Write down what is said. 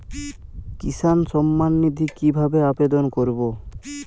কিষান সম্মাননিধি কিভাবে আবেদন করব?